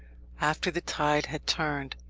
after the tide had turned,